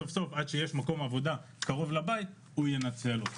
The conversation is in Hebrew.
עד שיש מקום עבודה קרוב לבית, הוא ינצל אותו.